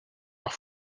est